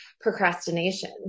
procrastination